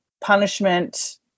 punishment